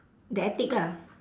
the attic ah